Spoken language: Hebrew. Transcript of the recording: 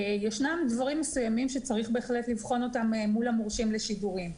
ישנם דברים מסוימים שצריך בהחלט לבחון אותם מול המורשים לשידורים.